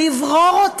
ולברור,